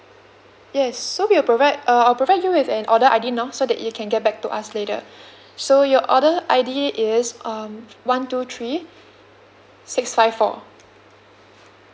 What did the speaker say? yes so we'll provide uh I'll provide you with an order I_D now so that you can get back to us later so your order I_D is um one two three six five four